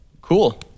Cool